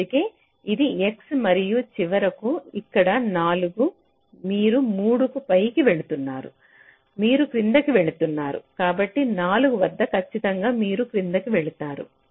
అందుకే ఇది x మరియు చివరకు ఇక్కడ 4 మీరు 3 కు పైకి వెళుతున్నారు మీరు క్రిందికి వెళుతున్నారు కాబట్టి 4 వద్ద ఖచ్చితంగా మీరు క్రిందికి వెళుతున్నారు